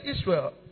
Israel